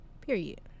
period